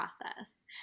process